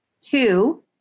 Two